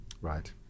Right